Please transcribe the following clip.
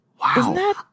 wow